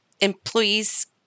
Employees